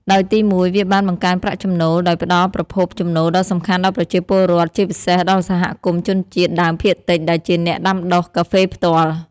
ដោយទីមួយ វាបាន បង្កើនប្រាក់ចំណូល ដោយផ្តល់ប្រភពចំណូលដ៏សំខាន់ដល់ប្រជាពលរដ្ឋ ជាពិសេសដល់សហគមន៍ជនជាតិដើមភាគតិច ដែលជាអ្នកដាំដុះកាហ្វេផ្ទាល់។